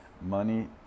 money